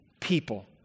people